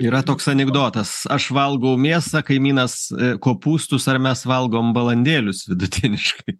yra toks anekdotas aš valgau mėsą kaimynas kopūstus ar mes valgom balandėlius vidutiniškai